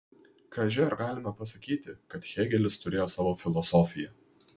kaži ar galime pasakyti kad hėgelis turėjo savo filosofiją